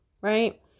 right